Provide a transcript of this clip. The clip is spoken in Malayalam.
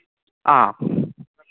ആ